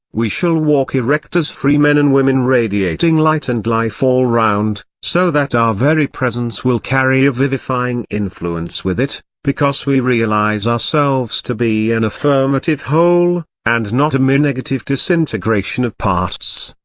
we shall walk erect as free men and women radiating light and life all round, so that our very presence will carry a vivifying influence with it, because we realise ourselves to be an affirmative whole, and not a mere negative disintegration of parts.